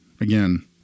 again